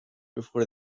before